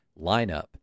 lineup